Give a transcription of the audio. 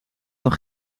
nog